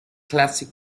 classic